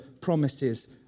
promises